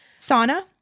sauna